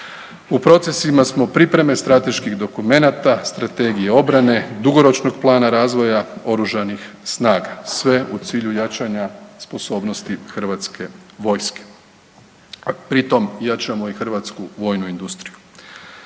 U procesima smo pripreme strateških dokumenata strategije obrane dugoročnog plana razvoja oružanih snaga, sve u cilju jačanja sposobnosti HV-a, pri tom jačamo i Hrvatsku vojnu industriju.